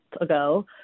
ago